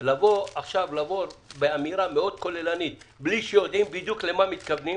אז לא לבוא עכשיו באמירה מאוד כוללנית בלי שיודעים למה מתכוונים.